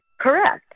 Correct